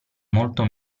molto